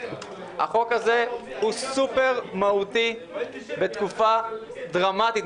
החוק הזה הוא סופר מהותי בתקופה דרמטית.